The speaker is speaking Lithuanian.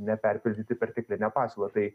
neperpildyti pertekline pasiūla tai